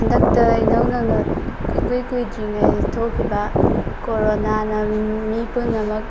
ꯍꯟꯗꯛꯇ ꯏꯅꯧ ꯅꯧꯅ ꯏꯀꯨꯏ ꯀꯨꯏꯗ꯭ꯔꯤꯉꯩ ꯊꯣꯛꯈꯤꯕ ꯀꯣꯔꯣꯅꯥꯅ ꯃꯤ ꯄꯨꯝꯅꯃꯛ